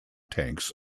tanks